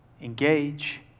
engage